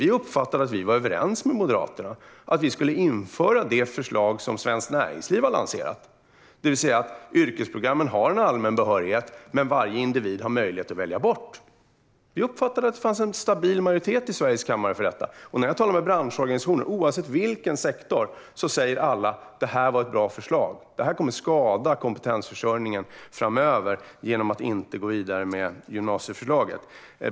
Vi uppfattade att vi var överens med Moderaterna om att vi skulle införa det förslag som Svenskt Näringsliv har lanserat, det vill säga att yrkesprogrammen har en allmän behörighet men varje individ har möjlighet att välja bort. Vi uppfattade att det fanns en stabil majoritet i kammaren för detta. När jag talar med branschorganisationer, oavsett sektor, säger alla att det var ett bra förslag. Det kommer att skada kompetensförsörjningen framöver att vi inte kan gå vidare med gymnasieförslaget.